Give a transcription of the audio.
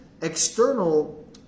external